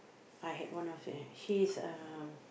I had one of them she is uh